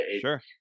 sure